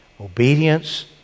Obedience